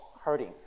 hurting